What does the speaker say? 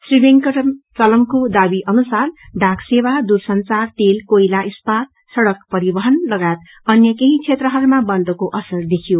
श्री वेंकट चलमको दावी अनुसार डाक सेवा दुरसंचार तेल कोइला इस्पात सड़क परिवहन लगायत अन्य केही क्षेत्रहरूमा बन्दको असर देखियो